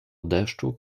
deszczu